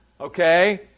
okay